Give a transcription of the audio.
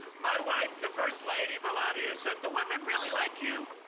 my wife, the first lady, melania, said, the women really like you.